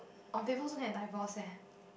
oh people also can divorce eh